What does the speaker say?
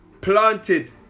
planted